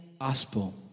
gospel